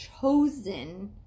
chosen